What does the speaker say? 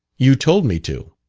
you told me to.